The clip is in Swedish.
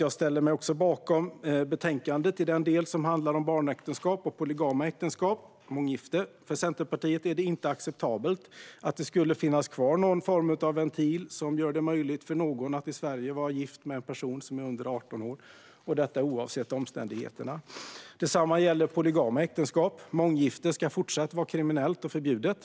Jag ställer mig också bakom betänkandet i den del som handlar om barnäktenskap och polygama äktenskap, månggifte. För Centerpartiet är det inte acceptabelt att det skulle finnas kvar någon form av ventil som gör det möjligt för någon att i Sverige vara gift med en person som är under 18 år, och detta oavsett omständigheterna. Detsamma gäller polygama äktenskap. Månggifte ska fortsatt vara kriminellt och förbjudet.